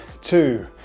two